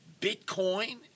Bitcoin